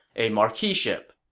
a marquiship.